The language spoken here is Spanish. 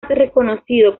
reconocido